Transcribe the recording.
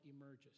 emerges